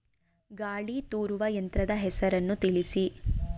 ಗಾಳಿ ತೂರುವ ಯಂತ್ರದ ಹೆಸರನ್ನು ತಿಳಿಸಿ?